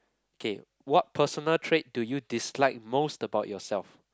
okay what personal trait do you dislike most about yourself